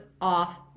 off